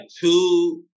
two